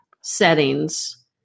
settings